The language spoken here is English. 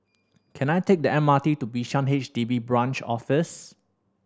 can I take the M R T to Bishan H D B Branch Office